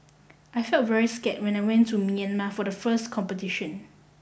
I felt very scared when I went to Myanmar for the first competition